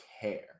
care